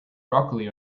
broccoli